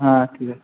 হ্যাঁ ঠিক আছে